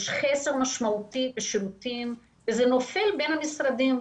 יש חסר משמעותי בשירותים וזה נופל בין המשרדים,